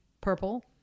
purple